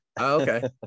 Okay